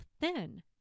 thin